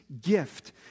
gift